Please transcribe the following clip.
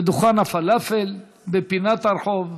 זה דוכן הפלאפל בפינת הרחוב,